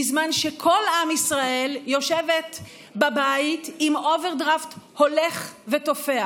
בזמן שכל עם ישראל יושבת בבית עם אוברדרפט הולך ותופח.